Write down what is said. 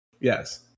Yes